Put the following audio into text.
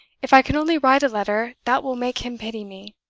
if i can only write a letter that will make him pity me!